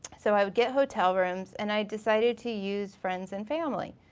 so i would get hotel rooms and i decided to use friends and family.